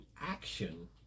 action